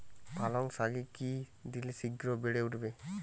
পালং শাকে কি দিলে শিঘ্র বেড়ে উঠবে?